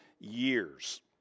years